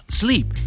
sleep